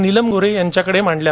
Neelam Gorhe यांच्याकडे मांडल्या